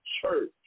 church